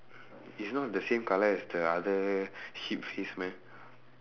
it's not the same colour as the other sheep face meh